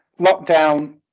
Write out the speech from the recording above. Lockdown